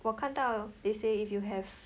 我看到 they say if you have